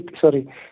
sorry